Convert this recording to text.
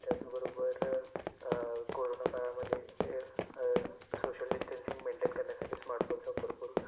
त्याचबरोबर कोरोना काळामध्ये social distancing maintain करण्यासाठी स्मार्टफोनचा भरपूर